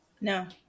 No